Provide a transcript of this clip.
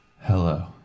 Hello